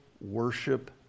worship